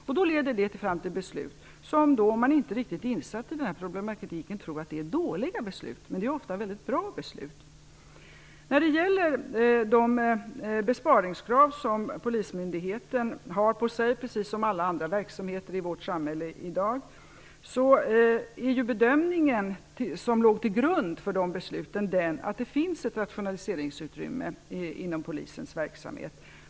Detta leder fram till beslut som man, om man inte är riktigt insatt i problematiken, tror är dåliga beslut. Men det är ofta väldigt bra beslut. När det gäller de besparingskrav som ställs på Polismyndigheten, precis som på alla andra verksamheter i vårt samhälle i dag, är den bedömning som låg till grund för besluten att det finns ett rationaliseringsutrymme inom Polisens verksamhet.